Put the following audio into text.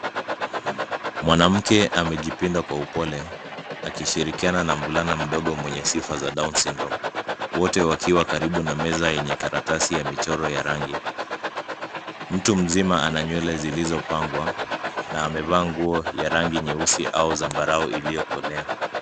Mwanamke amejipinda kwa upole akishirikiana na mvulana mdogo mwenye sifa za Down Syndrome . Wote wakiwa karibu na meza yenye karatasi ya michoro ya rangi. Mtu mzima ana nywele zilizopangwa na amevaa nguo ya rangi nyeusi au zambarau iliyokolea.